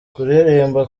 kuririmba